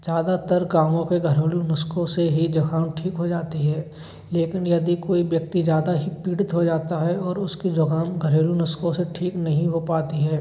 ज़्यादातर गाँवों के घरेलू नुस्खों से ही जुखाम ठीक हो जाती है लेकिन यदि कोई व्यक्ति ज़्यादा ही पीड़ित हो जाता है और उसकी जुखाम घरेलू नुस्खों से ठीक नहीं हो पाती है